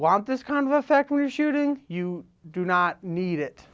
want this kind of effect we're shooting you do not need it